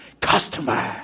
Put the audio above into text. customer